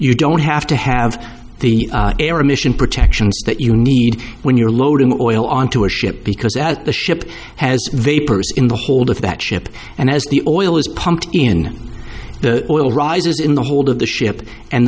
you don't have to have the air emission protection that you need when you're loading the oil onto a ship because as the ship has vapors in the hold of that ship and as the oil is pumped in the oil rises in the hold of the ship and